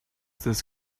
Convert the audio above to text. this